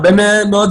הרבה מהן גם